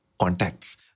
contacts